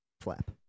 flap